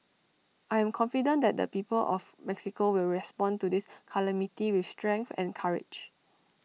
I am confident that the people of Mexico will respond to this calamity with strength and courage